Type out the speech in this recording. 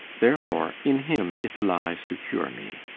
therefore in him it lies to cure me,